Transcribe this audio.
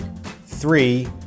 three